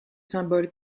symboles